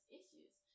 issues